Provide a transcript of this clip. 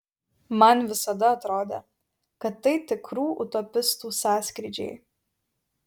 man visada atrodė kad tai tikrų utopistų sąskrydžiai